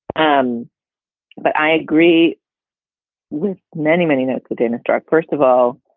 um but i agree with many, many notes within struck, first of all.